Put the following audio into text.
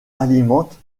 alimente